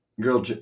girl